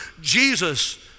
Jesus